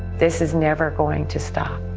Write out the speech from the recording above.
this is never going to stop.